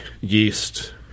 yeast